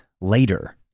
later